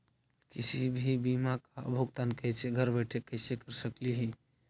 किसी भी बीमा का भुगतान कैसे घर बैठे कैसे कर स्कली ही?